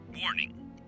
Warning